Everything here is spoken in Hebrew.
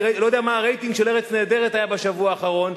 אני לא יודע מה היה הרייטינג של "ארץ נהדרת" בשבוע האחרון,